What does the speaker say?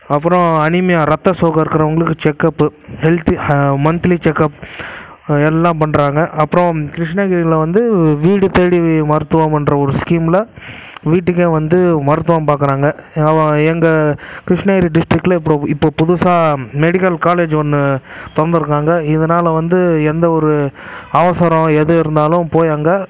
அப்புறம் அனீமியா ரத்தசோகை இருக்கிறவங்களுக்கு செக்கப்பு ஹெல்த்து மன்த்லி செக்கப் எல்லாம் பண்றாங்க அப்புறம் கிருஷ்ணகிரியில் வந்து வீடு தேடி மருத்துவம் பண்ற ஒரு ஸ்கீமில் வீட்டுக்கே வந்து மருத்துவம் பார்க்கறாங்க ஆமாங்க எங்கள் கிருஷ்ணகிரி டிஸ்ட்ரிக்டில் இப்படி இப்போது புதுசாக மெடிக்கல் காலேஜ் ஒன்று திறந்துருக்காங்க இதனால் வந்து எந்தவொரு அவசரம் எது இருந்தாலும் போய் அங்கே